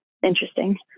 interesting